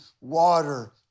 water